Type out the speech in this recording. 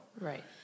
right